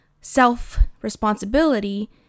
self-responsibility